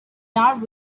not